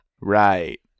Right